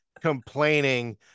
complaining